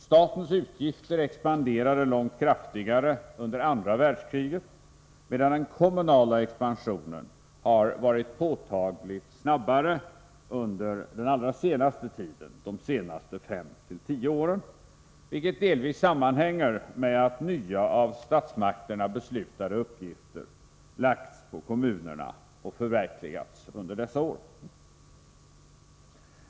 Statens utgifter expanderade långt kraftigare under andra världskriget, medan den kommunala expansionen har varit påtagligt snabbare under den allra senaste tiden — de senaste fem till tio åren — vilket delvis sammanhänger med att nya, av statsmakterna beslutade, uppgifter har lagts på kommunerna och förverkligats under dessa år.